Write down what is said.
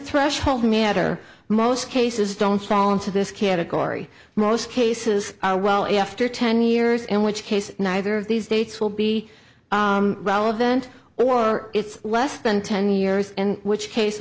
threshold matter most cases don't fall into this category most cases are well after ten years in which case neither of these dates will be relevant or it's less than ten years in which case